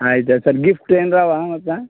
ಆಯಿತಾ sir gift ಏನರಾ ಅವಾ ಮತ್ತೆ